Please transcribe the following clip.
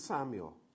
Samuel